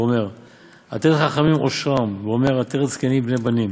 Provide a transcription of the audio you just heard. ואומר 'עטרת זקנים בני בנים